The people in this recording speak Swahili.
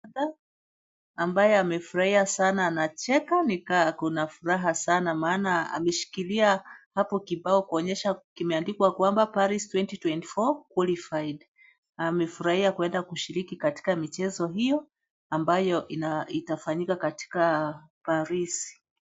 Mwanamke ambaye amefurahia sana, anacheka ni kaa akona furaha sana maana ameshikilia hapo kibao kuonyesha kimeandikwa kwamba Paris twenty twenty four Qualified .Amefurahia kwenda kushiriki katika michezi hiyo ambayo ina itafanyika katika Paris.